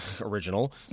original